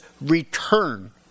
return